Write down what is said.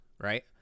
right